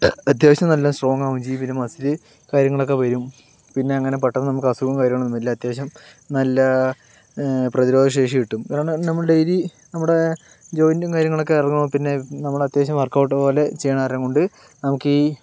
അത്യാവശ്യം നല്ല സ്ട്രോങ്ങ് ആകുകയും ചെയ്യും പിന്നെ മസിൽ കാര്യങ്ങളൊക്കെ വരും പിന്നെയെങ്ങനെ പെട്ടെന്ന് നമുക്ക് അസുഖവും കാര്യങ്ങളൊന്നും വരില്ല അത്യാവശ്യം നല്ല പ്രതിരോധശേഷി കിട്ടും ഒരെണ്ണം നമ്മൾ ഡെയ്ലി നമ്മുടെ ജോയിന്റും കാര്യങ്ങളൊക്കെ ഇറങ്ങും പിന്നെ നമ്മൾ അത്യാവശ്യം വർക്കൌട്ട് പോലെ ചെയ്യണ നേരം കൊണ്ട് നമ്മുക്ക് ഈ